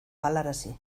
galarazi